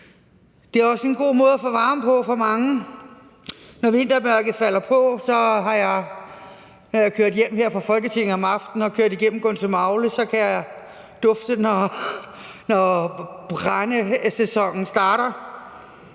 Det er også en god måde at få varme på for mange. Når vintermørket falder på og jeg er kørt hjem her fra Folketinget om aftenen og kørt igennem Gundsømagle, kan jeg lugte, når brændesæsonen starter.